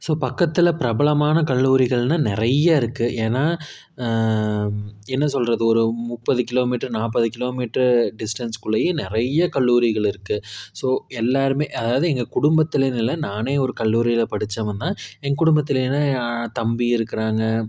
so பக்கத்தில் பிரபலாமான கல்லூரிகள்னா நிறைய இருக்குது ஏன்னா என்ன சொல்கிறது ஒரு முப்பது கிலோ மீட்டரு நாற்பது கிலோ மீட்டர் டிஸ்டன்ஸ்குள்ளேயே நிறைய கல்லூரிகள் இருக்குது ஸோ எல்லாரும் அதாவது எங்கள் குடும்பத்துலனு இல்லை நான் ஒரு கல்லூரியில் படிச்சவன் தான் எங்கள் குடும்பத்துலைனா என் தம்பி இருக்கிறாங்க